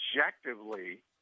objectively